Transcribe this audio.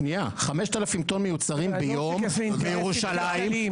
5,000 טון מיוצרים ביום בירושלים --- יש פה אינטרסים כלכליים,